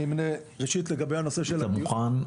אני אמנה --- אתה מוכן,